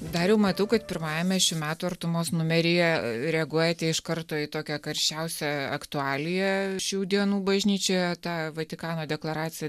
dar matau kad pirmajame šių metų artumos numeryje reaguojate iš karto į tokią karščiausią aktualiją šių dienų bažnyčioje į tą vatikano deklaraciją